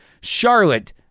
Charlotte